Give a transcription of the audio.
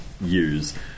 use